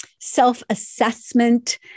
self-assessment